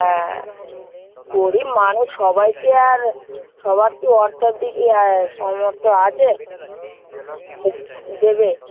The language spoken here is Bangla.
হ্যাঁ গরীব মানুষ সবাই কী আর সবার কি অর্থর দিকে সামর্থ্য আছে যে দেবে